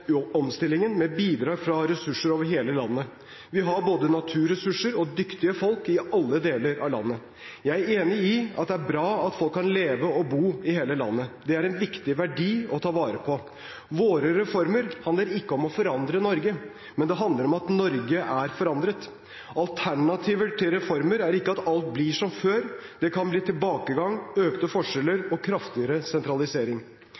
omstillingen med bidrag fra ressurser over hele landet. Vi har både naturressurser og dyktige folk i alle deler av landet. Jeg er enig i at det er bra at folk kan leve og bo i hele landet. Det er en viktig verdi å ta vare på. Våre reformer handler ikke om å forandre Norge, men om at Norge er forandret. Alternativet til reformer er ikke at alt blir som før. Det kan bli tilbakegang, økte forskjeller og kraftigere sentralisering.